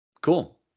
Cool